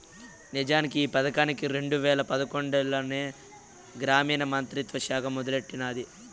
నిజానికి ఈ పదకాన్ని రెండు వేల పదకొండులోనే గ్రామీణ మంత్రిత్వ శాఖ మొదలెట్టినాది